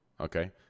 Okay